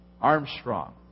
Armstrong